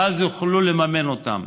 ואז יוכלו לממן אותם.